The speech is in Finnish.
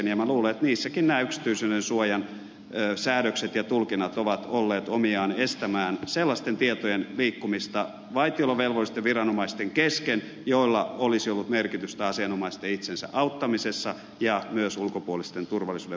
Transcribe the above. minä luulen että niissäkin tapauksissa nämä yksityisyyden suojan säädökset ja tulkinnat ovat olleet omiaan estämään sellaisten tietojen liikkumista vaitiolovelvollisten viranomaisten kesken joilla olisi ollut merkitystä asianomaisten itsensä auttamisessa ja myös ulkopuolisten turvallisuuden vahvistamisessa